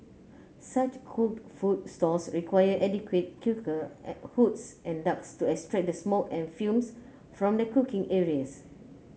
such cooked food stalls require adequate cooker hoods and ducts to extract the smoke and fumes from the cooking areas